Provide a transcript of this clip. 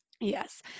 Yes